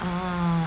ah